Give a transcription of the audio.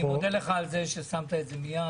אני מודה לך על זה ששמת את זה מייד